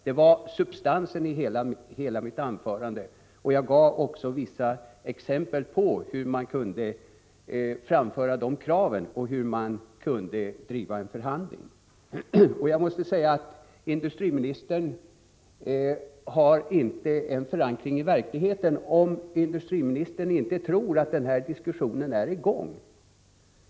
Det var substansen i hela mitt anförande, och jag gav också vissa exempel på hur man kunde framföra de kraven och driva en förhandling. Jag måste säga att industriministern inte har en förankring i verkligheten om han inte tror att den här diskussionen är i gång.